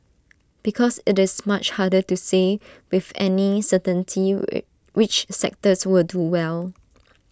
because IT is much harder to say with any certainty which sectors will do well